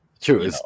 True